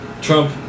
Trump